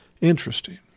Interesting